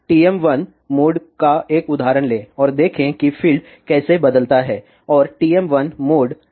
तो TM1 mode का एक उदाहरण लें और देखें कि फ़ील्ड कैसे बदलता है और TM1 मोड